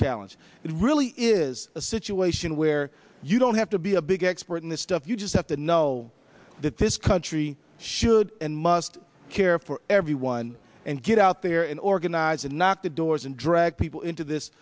challenge it really is a situation where you don't have to be a big expert in this stuff you just have to know that this country should and must care for everyone and get out there in organize and knock the doors and drag people into